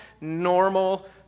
normal